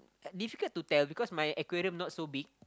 difficult to tell because my aquarium not so big